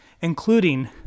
including